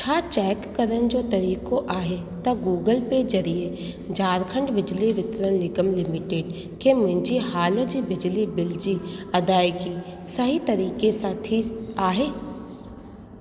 छा चेक करण जो को तरीक़ो आहे त गूगल पे ज़रिये झारखंड बिजली वितरण निगम लिमिटेड खे मुंहिंजी हाल जे बिजली बिल जी अदायगी सही तरीक़े सां थी आहे